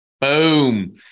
Boom